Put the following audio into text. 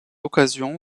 occasion